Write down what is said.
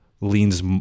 leans